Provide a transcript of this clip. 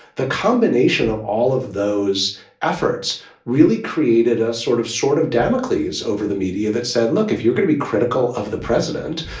the combination of all of those efforts really created a sort of sort of damocles over the media that said, look, if you're going to be critical of the president,